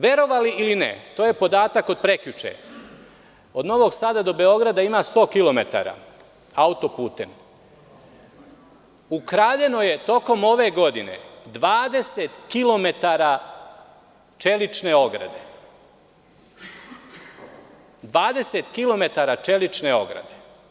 Verovali ili ne, to je podatak od prekjuče, od Novog Sada do Beograda ima 100 kilometara autoputem, ukradeno je tokom ove godine 20 kilometara čelične ograde.